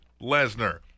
Lesnar